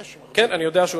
כן, אני יודע.